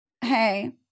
hey